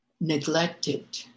neglected